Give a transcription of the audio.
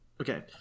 Okay